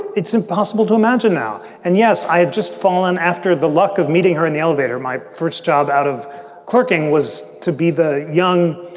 it's impossible to imagine now. and yes, i had just fallen after the luck of meeting her in the elevator my first job out of clerking was to be the young,